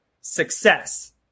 Success